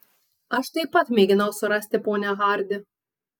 aš taip pat mėginau surasti ponią hardi